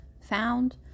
found